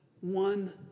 one